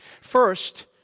First